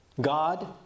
God